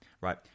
right